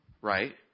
right